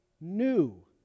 new